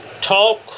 talk